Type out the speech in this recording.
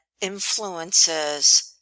influences